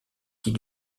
qui